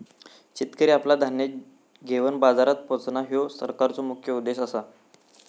शेतकरी आपला धान्य घेवन बाजारात पोचणां, ह्यो सरकारचो मुख्य उद्देश आसा